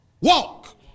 Walk